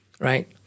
right